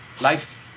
life